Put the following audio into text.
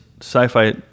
sci-fi